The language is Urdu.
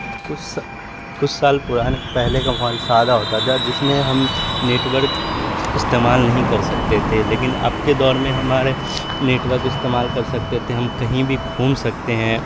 کچھ کچھ سال پرانے پہلے کا فون سادہ ہوتا تھا جس میں ہم نیٹورک استعمال نہیں کر سکتے تھے لیکن اب کے دور میں ہمارے نیٹورک استعمال کر سکتے تھے ہم کہیں بھی گھوم سکتے ہیں